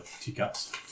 teacups